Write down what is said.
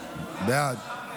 התשפ"ג 2023,